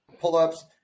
pull-ups